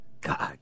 God